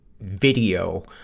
video